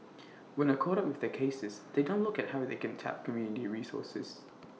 when are caught up with their cases they don't look at how they can tap community resources